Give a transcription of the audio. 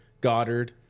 Goddard